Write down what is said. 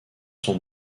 sont